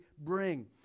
bring